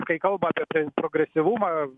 kai kalba apie progresyvumą